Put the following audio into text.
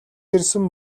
ирсэн